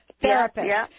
Therapist